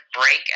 break